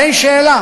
אבל אין שאלה,